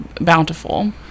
bountiful